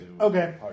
Okay